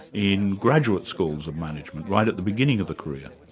in graduate schools of management right at the beginning of the career.